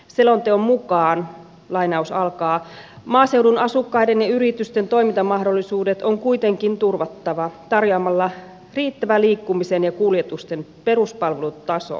selonteon mukaan maaseudun asukkaiden ja yritysten toimintamahdollisuudet on kuitenkin turvattava tarjoamalla riittävä liikkumisen ja kuljetusten peruspalvelutaso